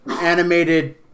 animated